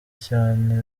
cyane